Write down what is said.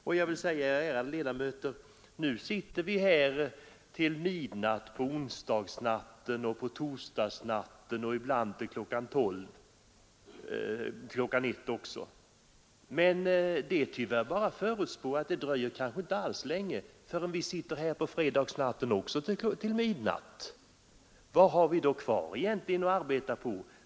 Och, ärade ledamöter, nu sitter vi här till midnatt på onsdagsoch torsdagsnätterna, ibland till kl. 01.00. Men man kan förutspå att det inte alls dröjer länge förrän vi sitter här till midnatt även på fredagsnatten. Vilken tid har vi då kvar för annat arbete?